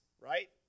right